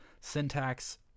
Syntax